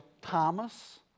Thomas